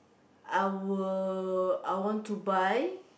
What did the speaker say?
I will I want to buy